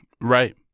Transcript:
right